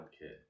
kid